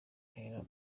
ahera